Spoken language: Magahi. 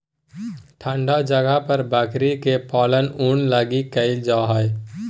ठन्डा जगह पर बकरी के पालन ऊन लगी कईल जा हइ